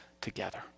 together